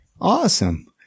Awesome